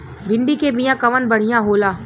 भिंडी के बिया कवन बढ़ियां होला?